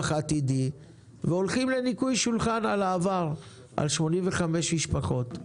עתידי והולכים לניקוי שולחן של העבר לגבי 85 משפחות.